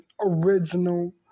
original